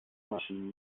maschinen